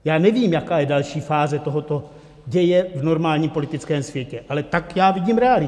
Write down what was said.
Já nevím, jaká je další fáze tohoto děje v normálním politickém světě, ale tak já vidím realitu.